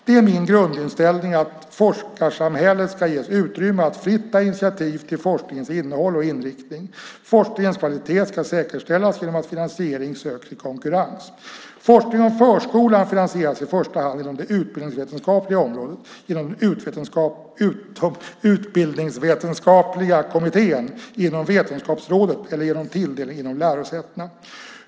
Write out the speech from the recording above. Det är min grundinställning att forskarsamhället ska ges utrymme att fritt ta initiativ till forskningens innehåll och inriktning. Forskningens kvalitet ska säkerställas genom att finansiering söks i konkurrens. Forskning om förskolan finansieras i första hand inom det utbildningsvetenskapliga området, genom den utbildningsvetenskapliga kommittén inom Vetenskapsrådet eller genom tilldelning inom lärosätena.